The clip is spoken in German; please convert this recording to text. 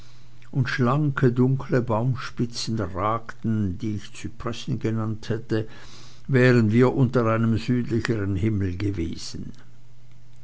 und schlanke dunkle baumspitzen ragten die ich zypressen genannt hätte wären wir unter einem südlicheren himmel gewesen